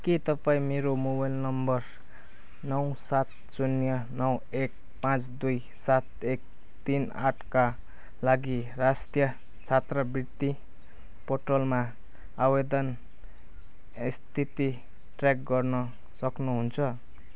के तपाईँँ मेरो मोबाइल नम्बर नौ सात शून्य नौ एक पाँच दुई सात एक तिन आठका लागि राष्ट्रिय छात्रवृत्ति पोर्टलमा आवेदन स्थिति ट्र्याक गर्न सक्नुहुन्छ